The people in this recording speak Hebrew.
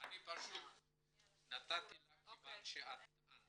נתתי לך כיוון שטענת,